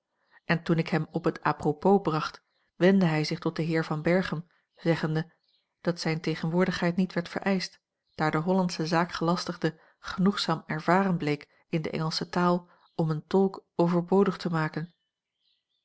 en toen ik hem op het à-propos bracht wendde hij zich tot den heer van berchem zeggende dat zijne tegenwoordigheid niet werd vereischt daar de hollandsche zaakgelastigde genoegzaam ervaren bleek in de engelsche taal om een tolk overbodig te maken